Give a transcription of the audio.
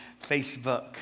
Facebook